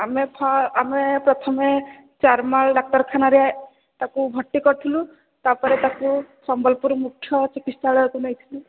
ଆମେ ଆମେ ପ୍ରଥମେ ଚାର୍ମାଲ୍ ଡାକ୍ତରଖାନାରେ ତାକୁ ଭର୍ତ୍ତି କରିଥିଲୁ ତାପରେ ତାକୁ ସମ୍ବଲପୁର ମୁଖ୍ୟ ଚିକିତ୍ସାଳୟକୁ ନେଇଥିଲୁ